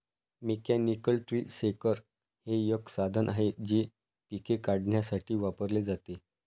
mechanical tree shaker हे एक साधन आहे जे पिके काढण्यासाठी वापरले जाते